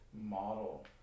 model